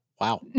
Wow